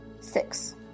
Six